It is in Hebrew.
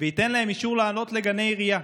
וייתן להם אישור לעלות לגני עירייה.